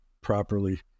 properly